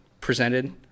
presented